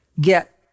get